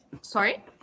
Sorry